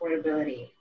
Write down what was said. affordability